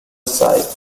site